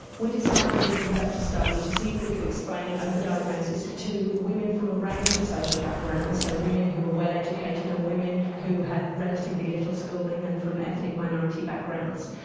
we decided we'd conduct a study to see if we could explain over-diagnosis to women from a range of social backgrounds, so women who were well educated and women who had relatively little schooling and from ethnic minority backgrounds.